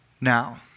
now